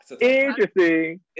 Interesting